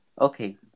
Okay